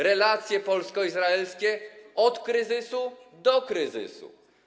Relacje polsko-izraelskie - od kryzysu do kryzysu.